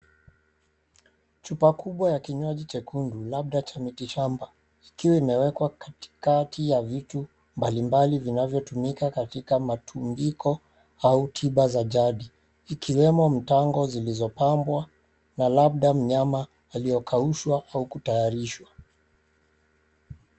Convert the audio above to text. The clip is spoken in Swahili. Chupa kubwa ya kinywaji chekundu, Labda cha miti shamba. Ikiwa imewekwa katikati mwa vitu mbalimbali vinavyotumika Katika matubiko au tiba za jadi. vikiwemo mitangi zilizopangwa na labda mnyama aliyekaushwa au kutayarishwa.